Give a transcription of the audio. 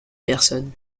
personnes